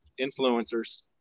Influencers